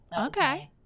Okay